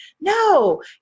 No